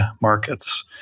markets